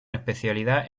especialidad